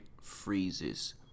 freezes